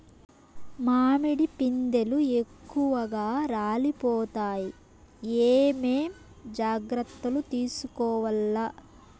మామిడి పిందెలు ఎక్కువగా రాలిపోతాయి ఏమేం జాగ్రత్తలు తీసుకోవల్ల?